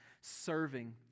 serving